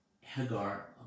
Hagar